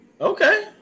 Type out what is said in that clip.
Okay